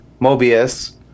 mobius